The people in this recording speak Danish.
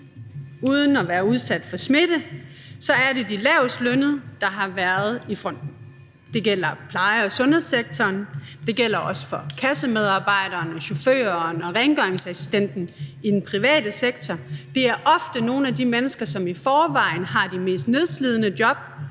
uden at være udsat for smitte, så er det de lavestlønnede, der har været i fronten. Det gælder pleje- og sundhedssektoren, og det gælder også for kassemedarbejderen, chaufføren og rengøringsassistenten i den private sektor. Det er ofte nogle af de mennesker, som i forvejen har de mest nedslidende job